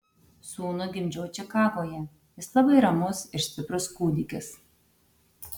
sūnų gimdžiau čikagoje jis labai ramus ir stiprus kūdikis